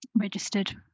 registered